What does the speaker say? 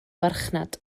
farchnad